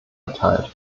erteilt